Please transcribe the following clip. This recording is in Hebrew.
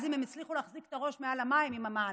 אז אם הם הצליחו להחזיק את הראש מעל המים עם המענקים,